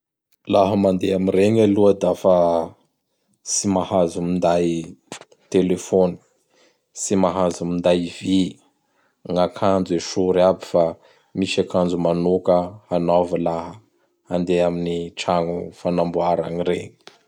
Laha mandeha am regny aloha dafa tsy mahazo minday telefôny. Tsy mahazo minday vy. Gn'akanjo esory aby fa misy akanjo manoka anaova laha handeha am tragno fanamboara an regny.